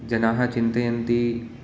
जनाः चिन्तयन्ति